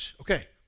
Okay